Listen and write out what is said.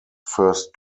first